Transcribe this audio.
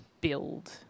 build